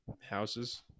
houses